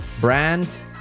brand